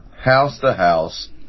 house-to-house